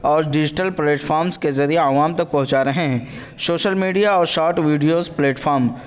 اور digital platforms کے ذریعے عوام تک پہنچا رہے ہیں شوشل میڈیا اور شاٹ ویڈیوز پلیٹفام